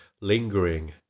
lingering